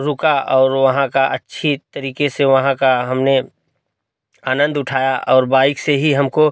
रुका और वहाँ का अच्छी तरीके से वहाँ का हमने आनंद उठाया और बाइक से ही हमको